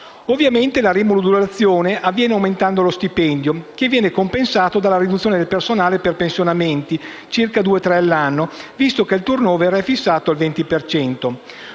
Ovviamente, la rimodulazione avviene aumentando lo stipendio, che viene compensato dalla riduzione del personale per pensionamenti (circa due, tre all'anno), visto che il *turnover* è fissato al 20